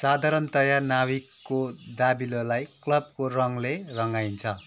साधारणतया नाविकको दाबिलोलाई क्लबको रङले रङ्गाइन्छ